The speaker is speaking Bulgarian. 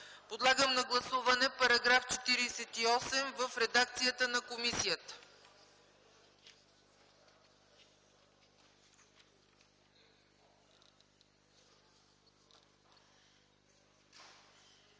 Подлагам на гласуване § 48 в редакцията на комисията.